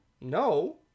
No